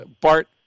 Bart